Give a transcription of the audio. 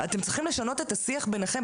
אתם צריכים לשנות את השיח ביניכם,